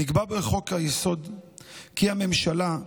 נקבע בחוק-היסוד כי הממשלה,